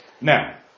Now